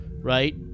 right